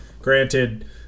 Granted